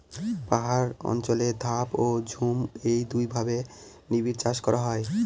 পাহাড় অঞ্চলে ধাপ ও ঝুম এই দুইভাবে নিবিড়চাষ করা হয়